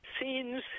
scenes